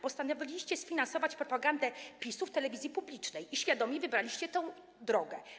Postanowiliście sfinansować propagandę PiS-u w telewizji publicznej i świadomie wybraliście tę drogę.